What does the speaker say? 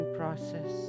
process